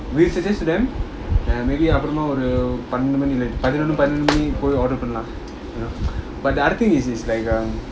we'll suggest to them uh maybe அப்புறமாஒருபதினோருபனிரெண்டுமணிக்குபோய்:apurama oru pathinoru panirendumaniku poi order பண்ணலாம்:pannalam but the other thing is is like um